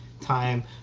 time